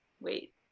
wait